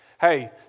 Hey